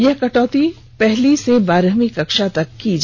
यह कटौती पहली से बारहवीं कक्षा तक की जायेगी